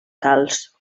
calç